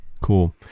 Cool